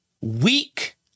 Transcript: weak